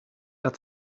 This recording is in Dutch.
dat